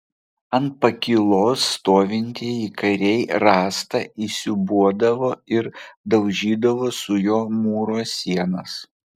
ant pakylos stovintieji kariai rąstą įsiūbuodavo ir daužydavo su juo mūro sienas